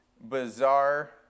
bizarre